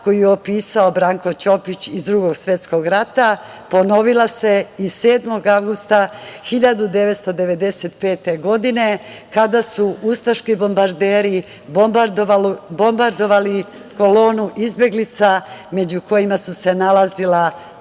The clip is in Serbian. koju je opisao Branko Ćopić iz Drugog svetskog rata ponovila se i 7. avgusta 1995. godine, kada su ustaški bombarderi bombardovali kolonu izbeglica među kojima su se nalazila